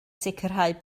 sicrhau